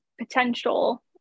potential